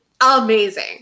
amazing